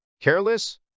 careless